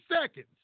seconds